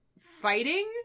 fighting